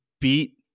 beat